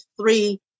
three